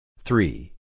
Three